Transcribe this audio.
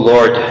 Lord